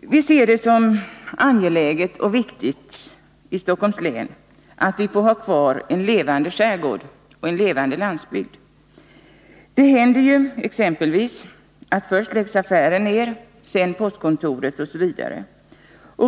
I Stockholms län ser vi det som angeläget och viktigt att vi får ha kvar en levande skärgård och en levande landsbygd. Det händer ju exempelvis att först läggs affären ner, sedan postkontoret osv.